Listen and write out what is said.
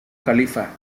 califa